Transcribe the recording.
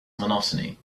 monotony